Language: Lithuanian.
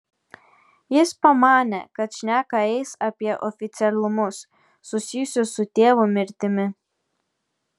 jis pamanė kad šneka eis apie oficialumus susijusius su tėvo mirtimi